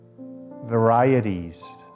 varieties